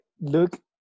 look